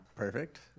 Perfect